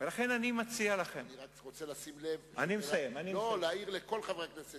אני רק רוצה להעיר לכל חברי הכנסת